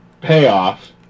payoff